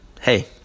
hey